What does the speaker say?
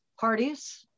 parties